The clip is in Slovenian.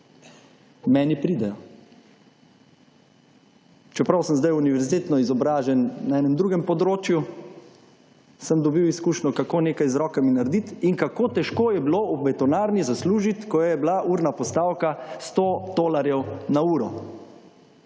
Meni pridejo. Čeprav sem zdaj univerzitetno izobražen na enem drugem področju, sem dobil izkušnjo, kako nekaj z rokami naredit in kako težko je bilo v betonarni zaslužit, ko je bila urna postavka 100 tolarjev na uro.